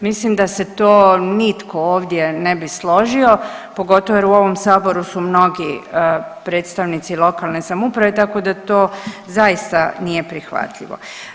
Mislim da se to nitko ovdje ne bi složio pogotovo jer u ovom Saboru su mnogi predstavnici lokalne samouprave tako da to zaista nije prihvatljivo.